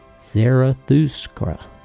Zarathustra